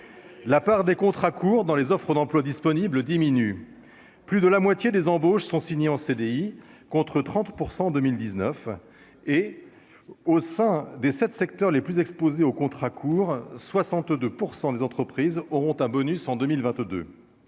la part des contrats courts dans les offres d'emploi disponibles diminue, plus de la moitié des embauches sont signés en CDI, contre 30 % en 2000 19 et au sein des 7 secteurs les plus exposés aux contrats courts 62 % des entreprises auront un bonus en 2022,